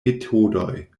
metodoj